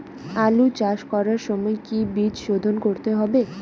আলু চাষ করার সময় কি বীজ শোধন করতে হবে?